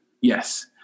yes